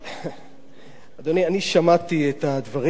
שמעתי את הדברים ואם הייתי,